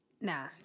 Nah